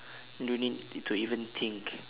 don't need to even think